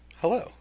Hello